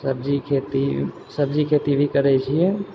सब्जी खेती सब्जी खेती भी करै छियै